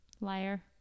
Liar